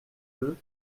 deux